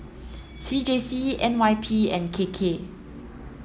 C J C N Y P and K K